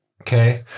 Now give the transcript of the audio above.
Okay